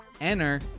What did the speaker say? enter